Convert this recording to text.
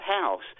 house